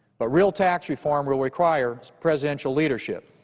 but real tax reform will require presidential leadership,